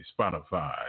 Spotify